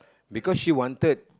because she wanted